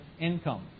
income